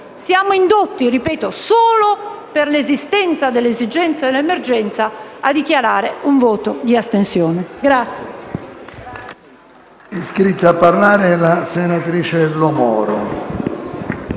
siamo indotti, solo per l'esistenza dell'esigenza dell'emergenza, a dichiarare un voto di astensione.